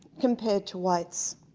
compared to whites.